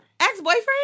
Ex-boyfriend